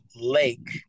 lake